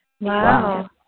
Wow